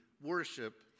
worship